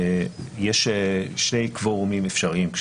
יש שני קוורומים אפשריים.